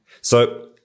So-